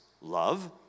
love